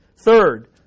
Third